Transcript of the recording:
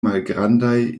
malgrandaj